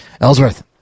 Ellsworth